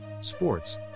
Sports